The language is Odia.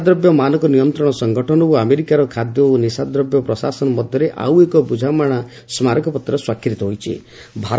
କେନ୍ଦ୍ରୀୟ ନିଶାଦ୍ରବ୍ୟ ମାନକ ନିୟନ୍ତ୍ରଣ ସଂଗଠନ ଓ ଆମେରିକାର ଖାଦ୍ୟ ଓ ନିଶାଦ୍ରବ୍ୟ ପ୍ରଶାସନ ମଧ୍ୟରେ ଆଉଏକ ବୁଝାମଣା ସ୍କାରକପତ୍ର ସ୍ୱାକ୍ଷରିତ ହୋଇଛି